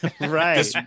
right